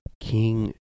king